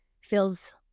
feels